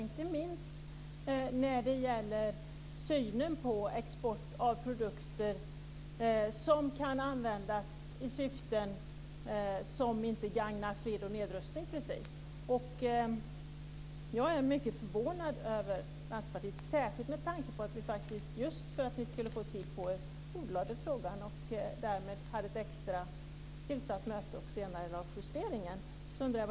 Det gäller inte minst synen på export av produkter som kan användas i syften som inte precis gagnar fred och nedrustning. Jag är mycket förvånad över Vänsterpartiets agerande, särskilt med tanke på att vi bordlade frågan just för att ni skulle få tid på er. Därmed hade vi också ett senarelagt extra möte samtidigt som tidpunkten för justeringen blev senarelagd.